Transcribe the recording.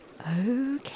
Okay